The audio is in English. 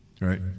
Right